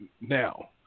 now